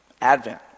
Advent